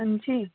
हांजी